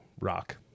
rock